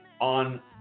On –